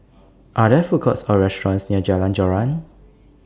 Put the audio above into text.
Are There Food Courts Or restaurants near Jalan Joran